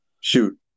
Shoot